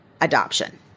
adoption